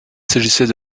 s’agissait